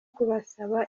kubasaba